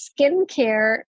skincare